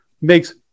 makes